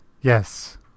yes